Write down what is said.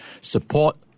support